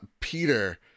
Peter